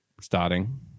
starting